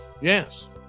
Yes